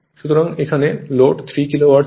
সুতরাং এখানে load 3 kilowatt ছিল